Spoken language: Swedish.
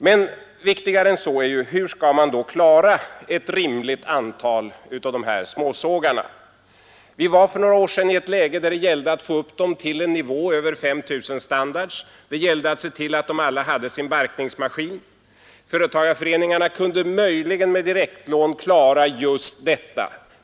Men viktigare än så är ju frågan: Hur skall man klara ett rimligt antal av de här småsågarna? Vi var för några år sedan i ett läge där det gällde att få upp dem till en nivå över 5 000 standards. Det gällde att se till att de alla hade sin barkningsmaskin. Företagarföreningarna kunde möjligen med direktlån klara just detta.